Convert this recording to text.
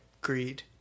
greed